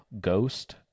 ghost